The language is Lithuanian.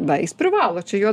na jis privalo čia jo